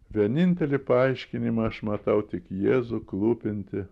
vienintelį paaiškinimą aš matau tik jėzų klūpintį